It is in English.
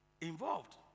involved